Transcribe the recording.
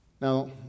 Now